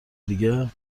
دیگه